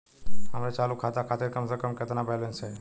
हमरे चालू खाता खातिर कम से कम केतना बैलैंस चाही?